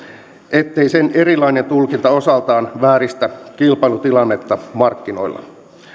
ettei sen erilainen tulkinta osaltaan vääristä kilpailutilannetta markkinoilla